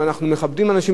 ומסחר זה מסחר,